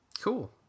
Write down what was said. cool